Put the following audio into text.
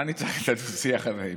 מה אני צריך את הדו-שיח הזה איתך?